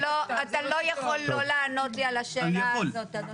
אתה לא יכול לא לענות לי על השאלה הזאת.